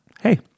hey